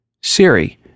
Siri